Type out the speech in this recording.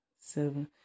seven